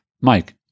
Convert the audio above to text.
Mike